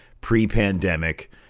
pre-pandemic